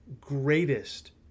greatest